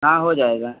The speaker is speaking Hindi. हाँ हो जाएगा